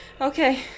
Okay